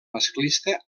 masclista